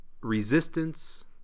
resistance